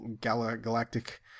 galactic